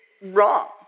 wrong